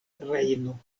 rejno